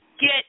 get